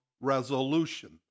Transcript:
resolution